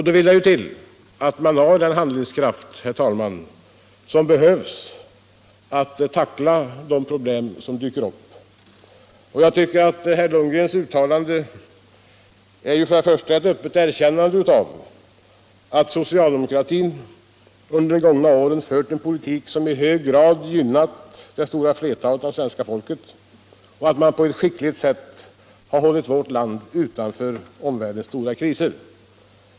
Då vill det ju till, herr talman, att man har den handlingskraft som behövs för att tackla de problem som dyker upp. För det första tycker jag att herr Lundgrens uttalande är ett öppet erkännande av att socialdemokratin under de gångna åren fört en politik som i hög grad gynnat det stora flertalet av svenska folket och av att man på ett skickligt sätt hållit vårt land utanför omvärldens stora kriser.